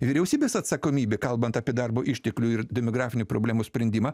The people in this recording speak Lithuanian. vyriausybės atsakomybę kalbant apie darbo išteklių ir demografinių problemų sprendimą